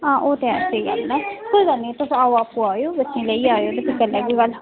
हां ओह् ते है स्हेई गल्ल ऐ कोई गल्ल निं तुस आओ आपूं आएओ बच्चें गी लेइयै आएओ ते फ्ही करी लैह्गे गल्ल